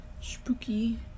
spooky